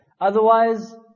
Otherwise